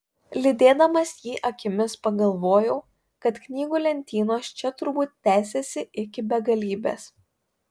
lydėdamas jį akimis pagalvojau kad knygų lentynos čia turbūt tęsiasi iki begalybės